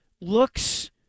looks